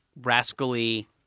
rascally